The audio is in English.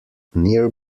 near